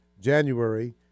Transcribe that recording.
January